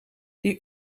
die